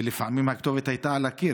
ולפעמים הכתובת על הקיר,